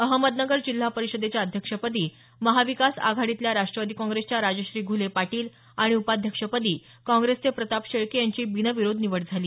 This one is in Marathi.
अहमदनगर जिल्हा परिषदेच्या अध्यक्षपदी महाविकास आघाडीतल्या राष्ट्रवादी काँग्रेसच्या राजश्री घूले पाटील आणि उपाध्यक्षपदी काँग्रेसचे प्रताप शेळके यांची बिनविरोध निवड झाली